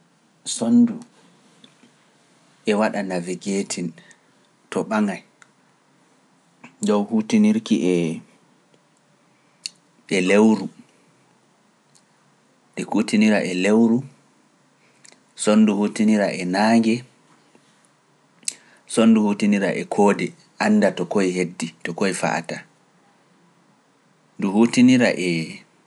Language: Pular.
sonndu e waɗa navigating to ɓangay dow huutinirki e, e lewru, e kuutinira e lewru, sonndu huutinira e naange, sonndu huutinira e koode koode annda to koy henndi to koy fa'ata.